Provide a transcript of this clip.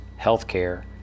healthcare